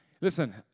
Listen